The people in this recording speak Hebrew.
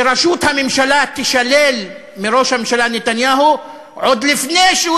שראשות הממשלה תישלל מראש הממשלה נתניהו עוד לפני שהוא